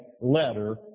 letter